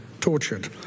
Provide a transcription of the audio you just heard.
tortured